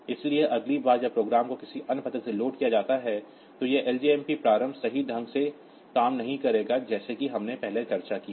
इसलिए अगली बार जब प्रोग्राम को किसी अन्य पते से लोड किया जाता है तो यह लजमप प्रारंभ सही ढंग से काम नहीं करेगा जैसा कि हमने पहले चर्चा की है